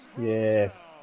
Yes